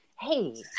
Hey